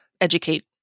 educate